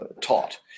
taught